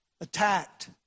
Attacked